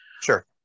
sure